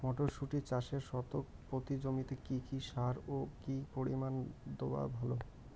মটরশুটি চাষে শতক প্রতি জমিতে কী কী সার ও কী পরিমাণে দেওয়া ভালো?